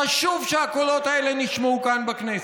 חשוב שהקולות האלה נשמעו כאן בכנסת.